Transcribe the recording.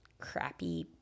crappy